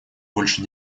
больше